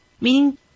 Meaning